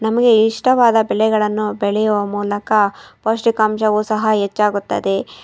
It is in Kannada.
ನಮಗೆ ಇಷ್ಟವಾದ ಬೆಳೆಗಳನ್ನು ಬೆಳೆಯುವ ಮೂಲಕ ಪೌಷ್ಟಿಕಾಂಶವೂ ಸಹ ಹೆಚ್ಚಾಗುತ್ತದೆ